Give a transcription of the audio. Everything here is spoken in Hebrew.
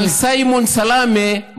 על סיימון סלאמה,